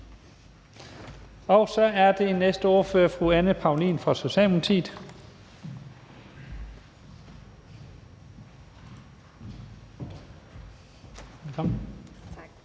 Så er den næste ordfører fru Anne Paulin fra Socialdemokratiet.